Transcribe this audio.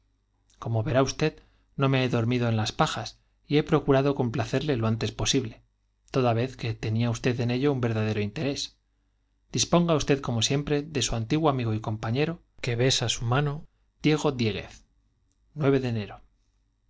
como verá usted he dormido las no me en pajas y he procurado complacerle lo antes posible toda vez que tenía usted en ello un verdadero interés disponga usted como siempre de su antiguo amigo y compaiiero q b s m diego diz nueve de enero